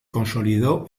consolidó